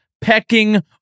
pecking